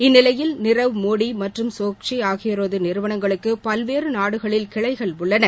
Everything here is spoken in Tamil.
இந்நிலையில் நீரவ் மோடி மற்றும் சோக்சி ஆகியோரது நிறுவளங்களுக்கு பல்வேறு நாடுகளில் கிளைகள் உள்ளன